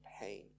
pain